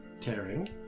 tearing